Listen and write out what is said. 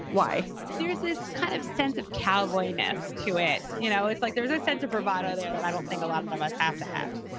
why is this kind of sense of cowboy ness to it? you know, it's like there's a sense of bravado there that i don't think a lot but of us have to have.